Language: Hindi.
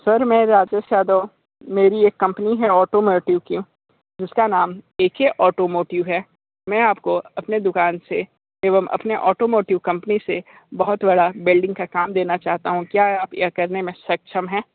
सर मैं राकेश यादव मेरी एक कंपनी है ऑटोमैटिव की जिसका नाम ए के ऑटोमोटिव है मैं आपको अपने दुकान से एवं अपने ऑटोमोटिव कंपनी से बहुत बड़ा वैल्डिंग का काम देना चाहता हूँ क्या आप यह करने में सक्षम है